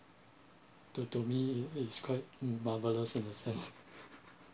to to me it is quite mm marvelous in a sense